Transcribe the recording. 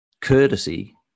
courtesy